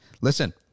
Listen